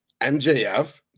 MJF